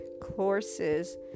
courses